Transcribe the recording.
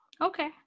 okay